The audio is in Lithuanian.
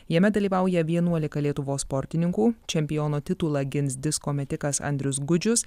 jame dalyvauja vienuolika lietuvos sportininkų čempiono titulą gins disko metikas andrius gudžius